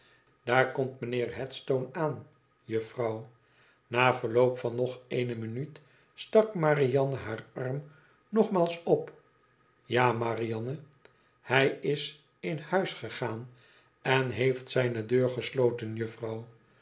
daar komt mijnheer headstone aan juffrouw na verloop van nog eene minuut stak marianne haar arm nogmaals op ja marianne hij is in huis gegaan en heeft zijne deur gesloten